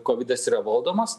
kovidas yra valdomas